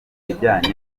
bijyanye